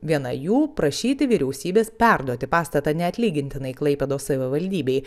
viena jų prašyti vyriausybės perduoti pastatą neatlygintinai klaipėdos savivaldybei